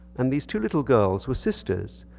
and these two little girls who are sisters.